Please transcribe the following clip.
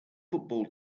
football